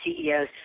CEOs